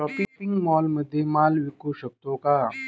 Shopping मॉलमध्ये माल विकू शकतो का?